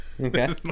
Okay